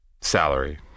salary